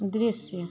दृश्य